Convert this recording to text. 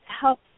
help